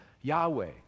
Yahweh